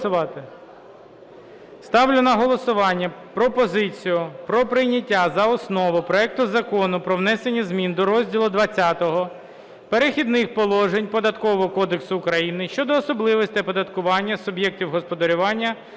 Ставлю на голосування пропозицію про прийняття за основу проекту Закону про внесення змін до розділу ХХ "Перехідні положення" Податкового кодексу України щодо особливостей оподаткування суб'єктів господарювання,